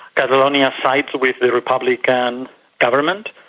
catalonia sides with the republican government.